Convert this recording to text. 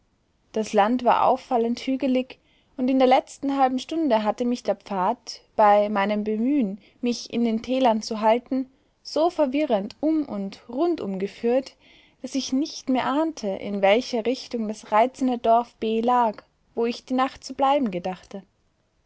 das land war auffallend hügelig und in der letzten halben stunde hatte mich der pfad bei meinem bemühen mich in den tälern zu halten so verwirrend um und rundum geführt daß ich nicht mehr ahnte in welcher richtung das reizende dorf b lag wo ich die nacht zu bleiben gedachte